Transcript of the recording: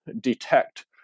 detect